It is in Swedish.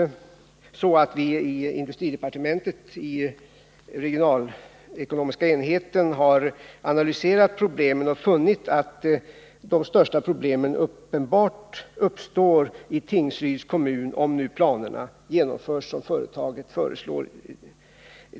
Inom industridepartementets regionalekonomiska enhet har vi gjort en analys och funnit att de största problemen uppenbart uppstår i Tingsryds kommun om de planer som företaget föreslår genomförs.